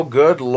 good